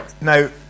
Now